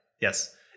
Yes